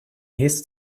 his